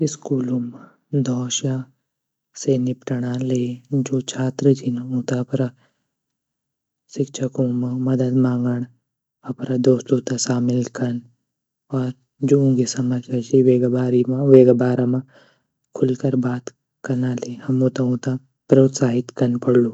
स्कूलूँ म धौंसिया से निपटणा ले जू छात्र छीन ऊँ त सिक्षकूँ म मदद माँगण अपरा दोस्तूँ त सामिल कन और जू ऊँगी समस्या ची वेगी बारा म वेगा बारा म खुलकर बात कना ले हमु त ऊँ त प्रोत्साहित कन पढ़लू।